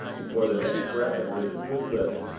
before the next breath had risen to his lips,